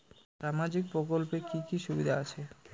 সামাজিক প্রকল্পের কি কি সুবিধা আছে?